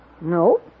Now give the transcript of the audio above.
No